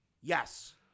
Yes